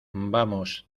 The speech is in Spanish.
vamos